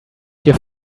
your